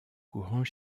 courant